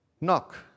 Knock